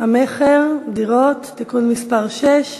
המכר (דירות) (תיקון מס' 6),